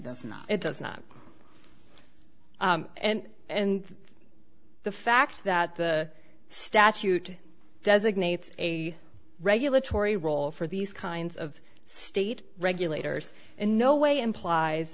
not it does not and and the fact that the statute designates a regulatory role for these kinds of state regulators in no way implies